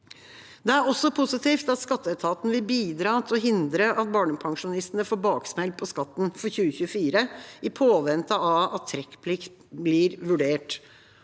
Det er også positivt at skatteetaten vil bidra til å hindre at barnepensjonistene får baksmell på skatten for 2024, i påvente av at trekkplikt blir vurdert.